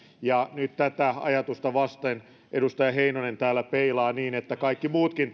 nyt tätä ajatusta vasten edustaja heinonen täällä peilaa niin että kaikki muutkin